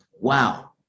Wow